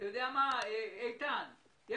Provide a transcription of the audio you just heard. שי